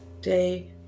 day